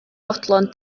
fodlon